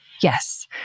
Yes